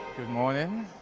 good morning.